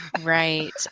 Right